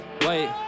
wait